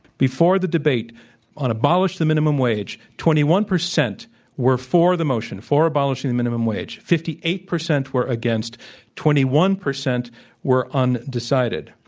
before the debate on abolish the minimum wage, twenty one percent were for the motion, for abolishing the minimum wage fifty eight percent were against twenty one percent were undecided.